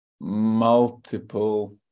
multiple